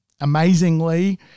amazingly